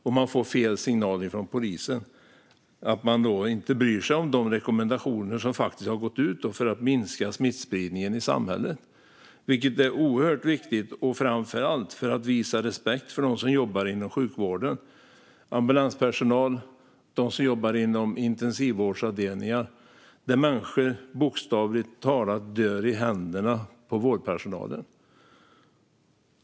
Det blir fel signaler från polisen att man inte bryr sig om de rekommendationer som faktiskt har gått ut för att minska smittspridningen i samhället, vilket är oerhört viktigt framför allt för att visa respekt för dem som jobbar inom sjukvården - ambulanspersonal och de som jobbar inom intensivvården - där människor bokstavligt talat dör i händerna på vårdpersonalen.